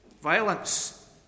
violence